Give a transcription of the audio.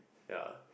ya